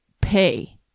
pay